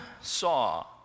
saw